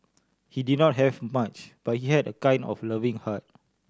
he did not have much but he had a kind and loving heart